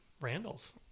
Randall's